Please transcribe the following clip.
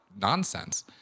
nonsense